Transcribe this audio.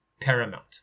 Paramount